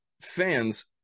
fans